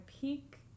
peak